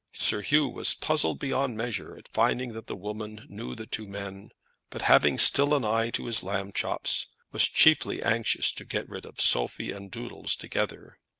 sir hugh was puzzled beyond measure at finding that the woman knew the two men but having still an eye to his lamb chops, was chiefly anxious to get rid of sophie and doodles together.